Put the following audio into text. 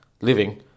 living